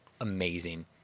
Amazing